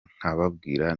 nkababwira